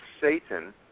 Satan